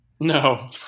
No